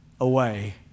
away